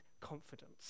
confidence